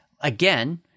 Again